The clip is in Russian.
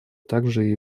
также